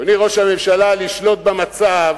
אדוני ראש הממשלה, לשלוט במצב